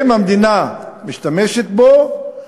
אם המדינה משתמשת בו,